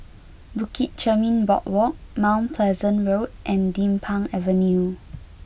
Bukit Chermin Boardwalk Mount Pleasant Road and Din Pang Avenue